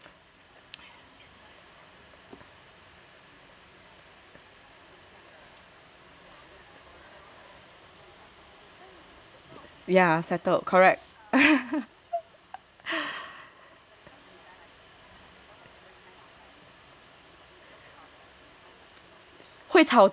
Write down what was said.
ya settled correct